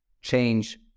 change